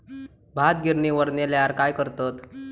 भात गिर्निवर नेल्यार काय करतत?